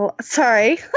sorry